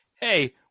Hey